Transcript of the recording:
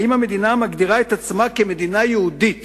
האם המדינה שמגדירה את עצמה כמדינה יהודית